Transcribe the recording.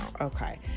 Okay